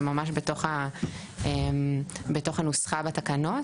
זה ממש בתוך הנוסחה בתקנות